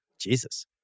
Jesus